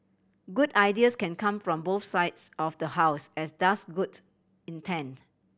good ideas can come from both sides of the house as does goods intent